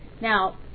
Now